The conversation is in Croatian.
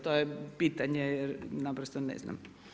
To je pitanje, jer naprosto ne znam.